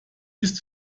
ist